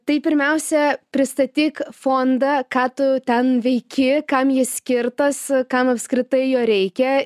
tai pirmiausia pristatyk fondą ką tu ten veiki kam jis skirtas kam apskritai jo reikia